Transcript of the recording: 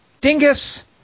Dingus